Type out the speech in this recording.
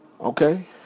Okay